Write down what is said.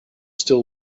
still